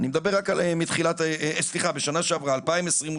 אני מדבר רק על מתחילת, סליחה, בשנה שעברה, 2022,